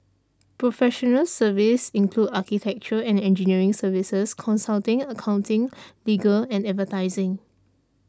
professional services include architecture and engineering services consulting accounting legal and advertising